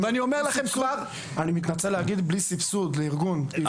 אני מתנצל, בלי סבסוד לארגון.